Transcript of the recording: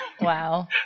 Wow